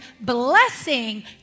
blessing